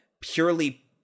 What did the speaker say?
purely